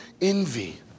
envy